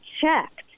checked